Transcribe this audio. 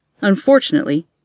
Unfortunately